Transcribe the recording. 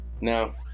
no